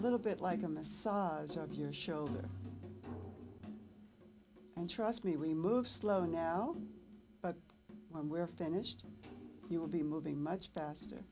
a little bit like a massage of your shoulder and trust me we move slow now but when we're finished you will be moving much faster